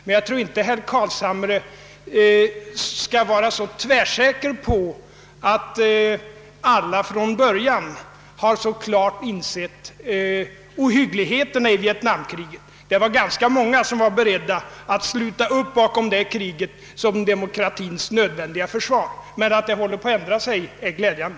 Men jag tror inte att herr Carlshamre skall vara så tvärsäker på att alla från början så klart har insett ohyggligheterna i vietnamkriget. Det var ganska många som var beredda att sluta upp bakom det kriget som ett demokratiens nödvändiga försvar. Att det nu håller på att ändra sig därvidlag är glädjande.